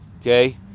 Okay